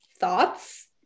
Thoughts